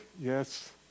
Yes